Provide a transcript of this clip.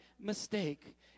mistake